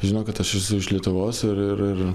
žino kad aš esu iš lietuvos ir ir ir